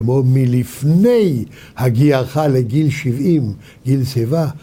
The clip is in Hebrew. כמו מלפני הגיעך לגיל 70, גיל שיבה.